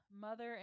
Mother